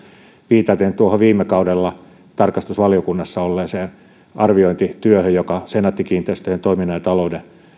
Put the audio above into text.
viitaten tuohon viime kaudella tarkastusvaliokunnassa olleeseen arviointityöhön joka senaatti kiinteistöjen toiminnan ja talouden